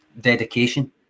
dedication